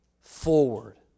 forward